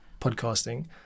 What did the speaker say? podcasting